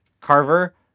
carver